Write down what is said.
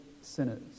sinners